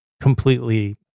completely